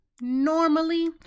normally